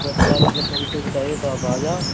दस तारीख के समथिंग चाहिए तो आप आ जाओ